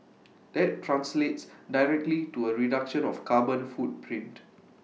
that translates directly to A reduction of carbon footprint